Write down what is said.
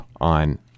on